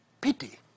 pity